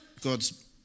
God's